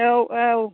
औ औ